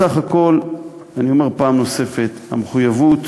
בסך הכול, אני אומר פעם נוספת, המחויבות